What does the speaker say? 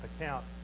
account